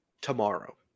tomorrow